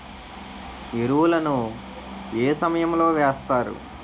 ఎరువుల ను ఏ సమయం లో వేస్తారు?